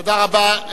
תודה רבה.